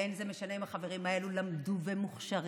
וזה לא משנה אם החברים האלה למדו והם מוכשרים,